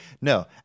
no